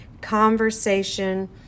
conversation